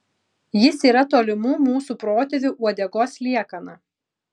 jis yra tolimų mūsų protėvių uodegos liekana